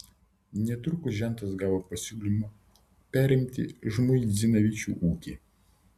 netrukus žentas gavo pasiūlymą perimti žmuidzinavičių ūkį